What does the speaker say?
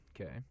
Okay